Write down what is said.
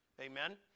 Amen